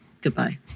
Goodbye